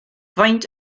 faint